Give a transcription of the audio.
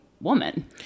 woman